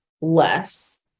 less